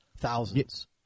thousands